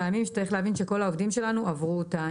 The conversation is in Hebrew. ימים וצריך להבין שכל העובדים שלנו עברו אותה.